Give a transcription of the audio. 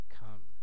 come